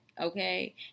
okay